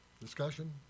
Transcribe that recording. Discussion